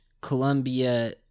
Colombia